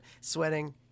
Sweating